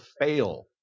fail